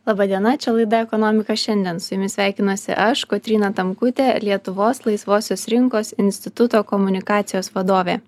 laba diena čia laida ekonomika šiandien su jumis sveikinuosi aš kotryna tamkutė lietuvos laisvosios rinkos instituto komunikacijos vadovė